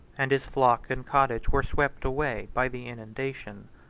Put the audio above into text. and his flock and cottage were swept away by the inundation.